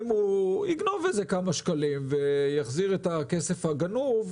אם הוא יגנוב כמה שקלים ויחזיר את הכסף הגנוב,